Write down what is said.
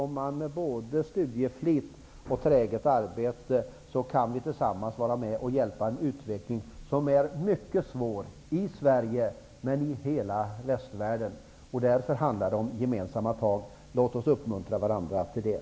Med studieflit och träget arbete kan vi tillsammans hjälpa upp en utveckling som är mycket svår både i Sverige i och västvärlden i övrigt. Därför gäller det att ta gemensamma tag. Låt oss uppmuntra varandra till det.